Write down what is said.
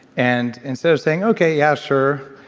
and instead of saying, okay yeah, sure.